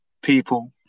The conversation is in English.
people